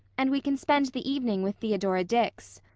and we can spend the evening with theodora dix.